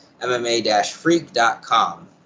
MMA-Freak.com